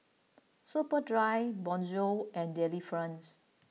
Superdry Bonjour and Delifrance